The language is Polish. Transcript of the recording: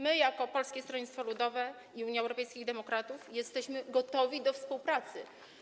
My jako Polskie Stronnictwo Ludowe i Unia Europejskich Demokratów jesteśmy gotowi do współpracy.